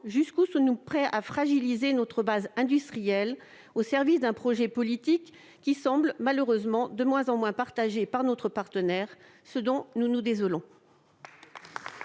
jusqu'où sommes-nous prêts à fragiliser notre base industrielle au service d'un projet politique qui semble, malheureusement, de moins en moins partagé par notre partenaire, ce dont nous nous désolons